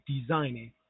designing